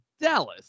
Dallas